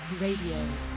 Radio